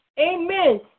amen